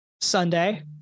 Sunday